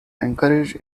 encouraged